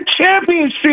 championship